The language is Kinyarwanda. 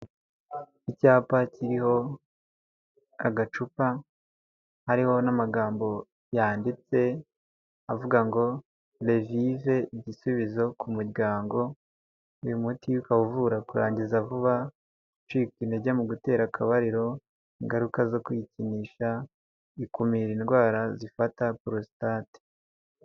Icyapa kiriho agacupa, hariho n'amagambo yanditse, avuga ngo revive, igisubizo ku muryango, uyu muti ukaba uvura kurangiza vuba, gucika intege mu gutera akabariro, ingaruka zo kwikinisha, ukumira indwara zifata porositate.